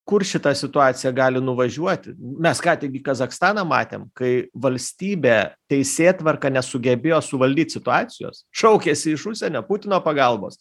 kur šita situacija gali nuvažiuoti mes ką tik gi kazachstaną matėm kai valstybė teisėtvarka nesugebėjo suvaldyt situacijos šaukėsi iš užsienio putino pagalbos